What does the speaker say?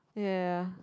ya ya ya ya